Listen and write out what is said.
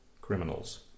criminals